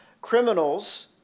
criminals